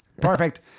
Perfect